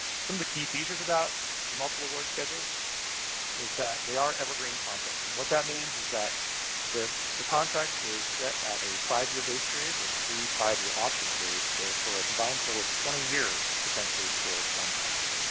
some of the key features about the multiple awards schedules is that they are evergreen contracts, and what that means is that the contract is set at a five-year base period with three five-year option periods. so for a combined total of twenty years, potentially, for contracts.